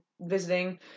visiting